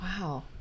Wow